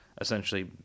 essentially